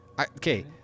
Okay